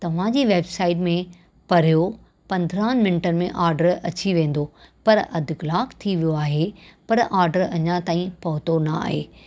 तव्हांजी वेबसाइट में पढ़ियो पंदरहां मिनट में ऑडर अची वेंदो पर अधि कलाकु थी वियो आहे पर ऑडर अञा ताईं पहुंतो न आहे